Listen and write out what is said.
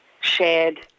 shared